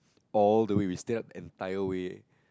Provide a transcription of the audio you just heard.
all the way we stayed up entire way